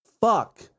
fuck